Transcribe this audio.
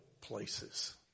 places